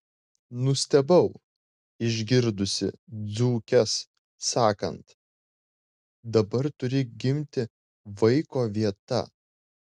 nustebau išgirdusi dzūkes sakant dabar turi gimti vaiko vieta